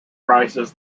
crisis